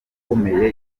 ikomeye